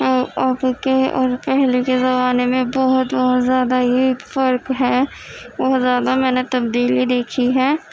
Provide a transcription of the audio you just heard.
اور اب کے اور پہلے کے زمانے میں بہت بہت زیادہ ہی فرق ہے بہت زیادہ میں نے تبدیلی دیکھی ہے